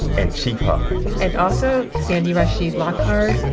and chief huff and also sandy rashid lockheart,